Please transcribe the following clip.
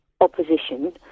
opposition